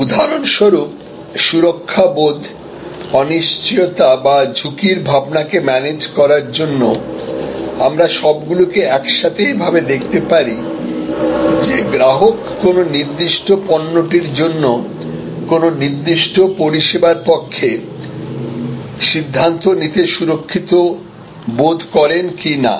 উদাহরণস্বরূপ সুরক্ষা বোধ অনিশ্চয়তা বা ঝুঁকির ভাবনাকে ম্যানেজ করার জন্য আমরা সবগুলিকে একসাথে এভাবে দেখতে পারি যে গ্রাহক কোন নির্দিষ্ট পণ্যটির জন্য কোনও নির্দিষ্ট পরিষেবার পক্ষে সিদ্ধান্ত নিতে সুরক্ষিত বোধ করেন কিনা